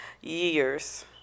years